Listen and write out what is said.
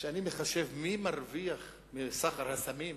כשאני מחשב מי מרוויח מסחר בסמים,